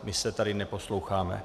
My se tady neposloucháme.